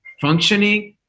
functioning